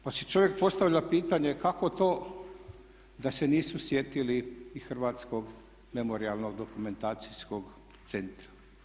Pa si čovjek postavlja pitanje kako to da se nisu sjetili i Hrvatskog memorijalno-dokumentacijskog centra.